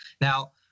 Now